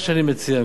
מה שאני מציע,